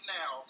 now